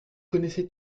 connaissez